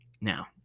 Now